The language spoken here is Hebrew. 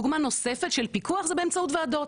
דוגמה נוספת של פיקוח זה באמצעות ועדות,